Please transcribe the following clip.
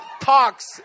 talks